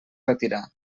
retirar